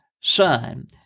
son